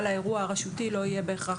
אבל האירוע הרשותי לא יהיה בהכרח.